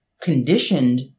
conditioned